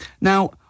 Now